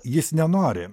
jis nenori